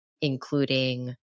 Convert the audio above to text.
including